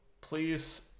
please